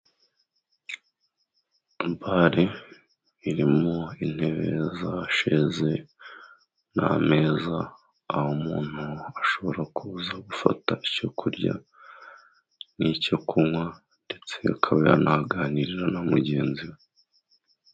Bare irimo intebe za sheze n'ameza, aho umuntu ashobora kuza gufata icyo kurya n'icyo kunywa, ndetse akaba yanahaganirira na mugenzi we.